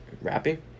rapping